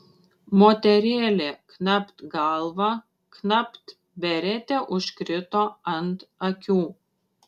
moterėlė knapt galva knapt beretė užkrito ant akių